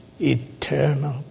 Eternal